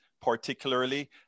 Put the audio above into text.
particularly